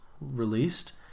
released